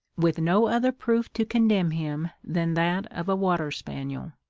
with no other proof to condemn him than that of a water-spaniel.